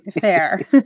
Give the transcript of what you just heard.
Fair